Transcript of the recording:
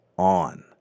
on